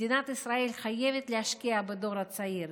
מדינת ישראל חייבת להשקיע בדור הצעיר,